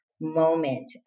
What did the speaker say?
moment